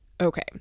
okay